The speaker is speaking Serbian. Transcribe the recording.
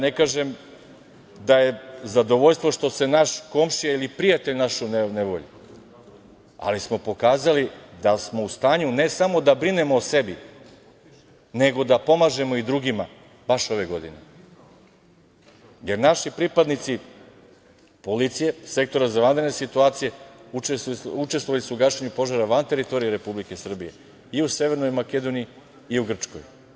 Ne kažem da je zadovoljstvo što se naš komšija ili prijatelj našao u nevolji, ali smo pokazali da smo u stanju ne samo da brinemo o sebi, nego da pomažemo i drugima, baš ove godine, jer naši pripadnici policije, Sektora za vanredne situacije učestvovali su u gašenju požara van teritorije Republike Srbije, i u Severnoj Makedoniji, i u Grčkoj.